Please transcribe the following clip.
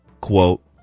quote